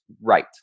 right